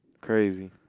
Crazy